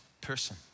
person